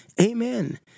Amen